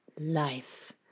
life